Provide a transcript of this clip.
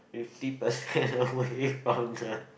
fifty percent away from the